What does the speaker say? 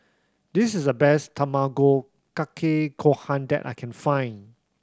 this is the best Tamago Kake Gohan that I can find